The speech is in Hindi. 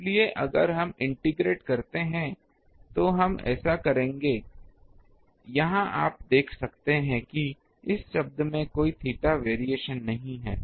इसलिए अगर हम इंटेग्रेट करते हैं तो हम ऐसा करेंगे यहाँ आप देख सकते हैं कि इस शब्द में कोई थीटा वेरिएशन नहीं है